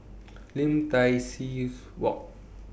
Lim Tai See Walk